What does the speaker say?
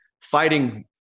fighting